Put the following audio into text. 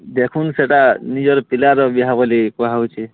ଦେଖୁନ୍ ସେଟା ନିଜର୍ ପିଲାର ବିହା ବଲି କୁହାହଉଛେ